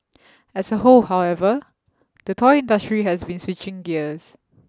as a whole however the toy industry has been switching gears